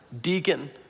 deacon